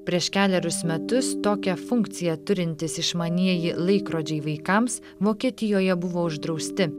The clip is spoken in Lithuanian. prieš kelerius metus tokią funkciją turintys išmanieji laikrodžiai vaikams vokietijoje buvo uždrausti